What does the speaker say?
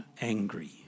angry